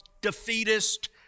defeatist